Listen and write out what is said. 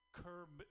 curb